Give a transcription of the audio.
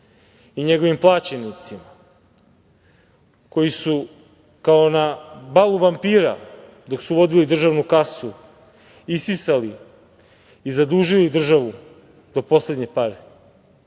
i njegovim plaćenicima koji su kao na balu vampira dok su vodili državnu kasu isisali i zadužili državu do poslednje pare.